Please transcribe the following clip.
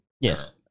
Yes